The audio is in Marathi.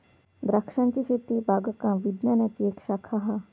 द्रांक्षांची शेती बागकाम विज्ञानाची एक शाखा हा